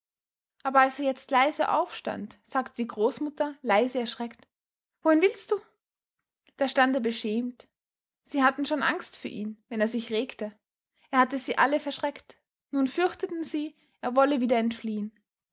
aber als er jetzt leise aufstand sagte die großmutter leise erschreckt wohin willst du da stand er beschämt sie hatten schon angst für ihn wenn er sich regte er hatte sie alle verschreckt nun fürchteten sie er wolle wieder entfliehen